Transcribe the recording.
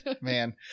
man